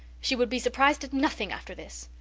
she would be surprised at nothing after this!